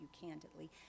candidly